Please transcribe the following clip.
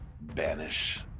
banish